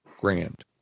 grand